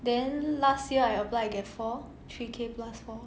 then last year I apply I get four three K plus four